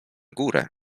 górę